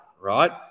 right